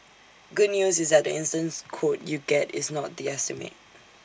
good news is that the instant quote you get is not the estimate